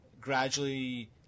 gradually